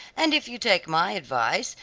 and if you take my advice,